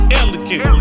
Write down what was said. elegant